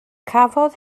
cafodd